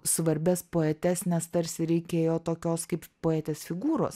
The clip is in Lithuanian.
svarbias poetes nes tarsi reikėjo tokios kaip poetės figūros